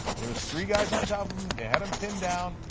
there were three guys on top of him, they had him pinned down,